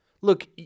Look